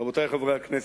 רבותי חברי הכנסת,